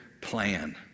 plan